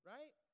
Right